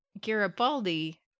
Garibaldi